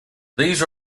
these